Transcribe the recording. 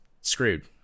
screwed